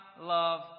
love